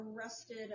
arrested